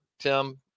Tim